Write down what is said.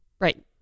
Right